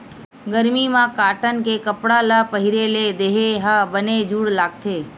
गरमी म कॉटन के कपड़ा ल पहिरे ले देहे ह बने जूड़ लागथे